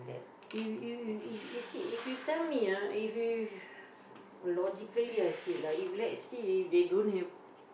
you you you if you see if you tell me ah if you~ logically ah see if let's say don't have